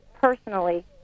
personally